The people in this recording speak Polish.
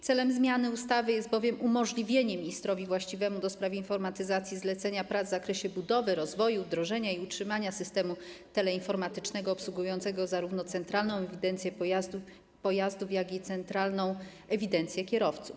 Celem zmiany ustawy jest bowiem umożliwienie ministrowi właściwemu do spraw informatyzacji zlecenia prac w zakresie budowy, rozwoju, wdrożenia i utrzymania systemu teleinformatycznego obsługującego zarówno centralną ewidencję pojazdów, jak i centralną ewidencję kierowców.